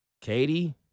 Katie